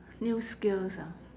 new skills ah